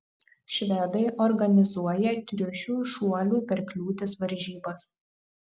švedai organizuoja triušių šuolių per kliūtis varžybas